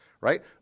right